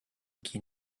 qui